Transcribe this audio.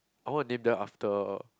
I want name them after